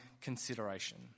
consideration